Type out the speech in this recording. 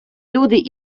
люди